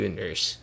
nurse